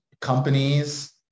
companies